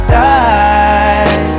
die